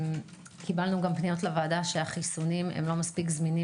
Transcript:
קבלנו גם פניות לוועדה שהחיסונים לא מספיק זמינים